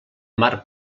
mar